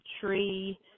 tree